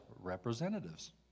representatives